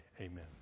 Amen